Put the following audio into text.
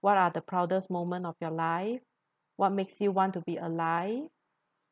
what are the proudest moment of your life what makes you want to be alive